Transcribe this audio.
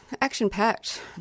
Action-packed